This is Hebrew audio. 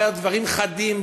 אומר דברים חדים,